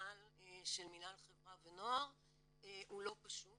המינהל של מינהל חברה ונוער הוא לא פשוט